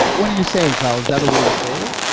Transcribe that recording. yeah what are you saying kyle, is that a way to save?